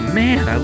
man